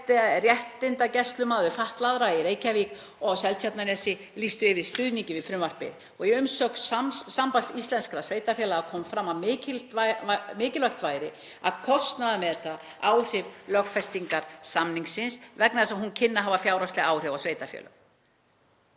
réttindagæslumaður fatlaðra í Reykjavík og á Seltjarnarnesi lýstu yfir stuðningi við frumvarpið. Í umsögn Sambands íslenskra sveitarfélaga kom fram að mikilvægt væri að kostnaðarmeta áhrif lögfestingar samningsins vegna þess að hún kynni að hafa fjárhagsleg áhrif á sveitarfélög.“